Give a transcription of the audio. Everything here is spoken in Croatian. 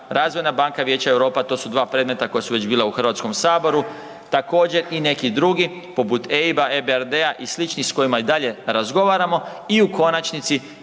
Razvojna banka Vijeća Europa, to su dva predmeta koja su već bila u HS. Također i neki drugi poput EIB-a, RBDR-a i sličnih s kojima i dalje razgovaramo i u konačnici